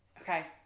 Okay